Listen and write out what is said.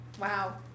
Wow